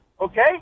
okay